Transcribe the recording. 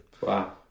wow